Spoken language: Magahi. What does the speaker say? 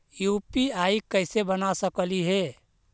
यु.पी.आई कैसे बना सकली हे?